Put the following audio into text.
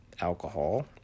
alcohol